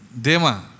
Dema